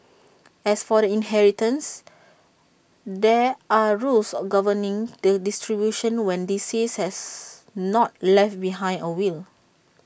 as for the inheritance there are rules governing the distribution when the deceased has not left behind A will